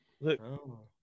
Look